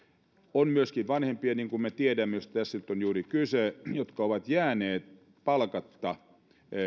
on myöskin vanhempia niin kuin me tiedämme joista tässä nyt on juuri kyse jotka ovat jääneet palkatta